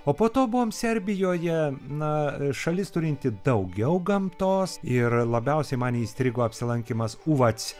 o po to buvom serbijoje na šalis turinti daugiau gamtos ir labiausiai man įstrigo apsilankymas uvac